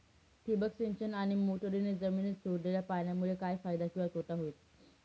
ठिबक सिंचन आणि मोटरीने जमिनीत सोडलेल्या पाण्यामुळे काय फायदा किंवा तोटा होईल?